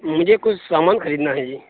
مجھے کچھ سامان خریدنا ہے جی